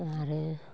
आरो